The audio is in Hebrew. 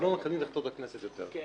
אנחנו לא מקבלים את החלטות הכנסת יותר,